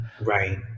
Right